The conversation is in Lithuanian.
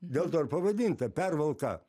dėl to ir pavadinta pervalka